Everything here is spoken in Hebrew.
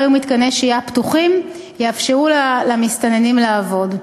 יהיו מתקני שהייה פתוחים יאפשרו למסתננים לעבוד.